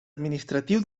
administratiu